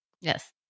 Yes